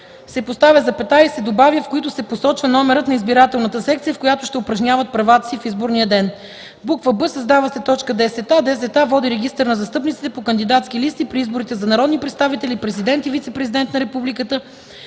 се поставя запетая и се добавя „в които се посочва номерът на избирателната секция, в която ще упражняват правата си в изборния ден”; б) създава се т. 10а: „10а. води регистър на застъпниците по кандидатски листи при изборите за народни представители, президент и вицепрезидент на републиката